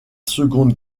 seconde